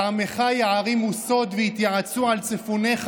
על עמך יערימו סוד, ויתיעצו על צפוניך.